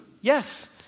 Yes